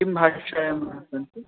किं भाषायां सन्ति